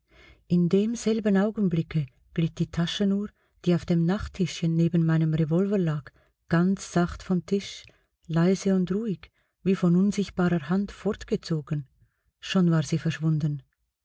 in demselben augenblicke glitt die taschenuhr die auf dem nachttischchen neben meinem revolver lag ganz sacht vom tisch leise und ruhig wie von unsichtbarer hand fortgezogen schon war sie verschwunden